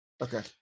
Okay